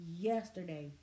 yesterday